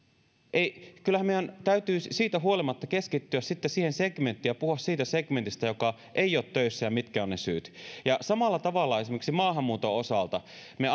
kyllähän meidän täytyy siitä huolimatta keskittyä siihen segmenttiin ja puhua siitä segmentistä joka ei ole töissä ja siitä mitkä ovat ne syyt samalla tavalla on esimerkiksi maahanmuuton osalta me